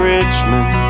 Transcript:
Richmond